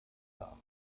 dar